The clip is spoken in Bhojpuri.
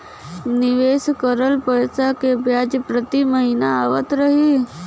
निवेश करल पैसा के ब्याज प्रति महीना आवत रही?